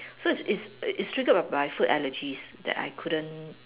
so it's it's triggered by food allergies that I couldn't